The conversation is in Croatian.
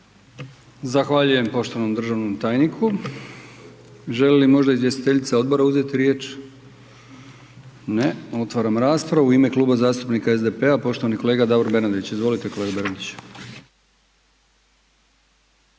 Zahvaljujem poštovanom državnom tajniku. Želi li možda izvjestiteljica odbora uzeti riječ? Ne. Otvaram raspravu. U ime Kluba zastupnika SDP-a, poštovani kolega Davor Bernardić. Izvolite kolega Bernardić.